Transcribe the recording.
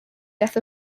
death